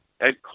Ed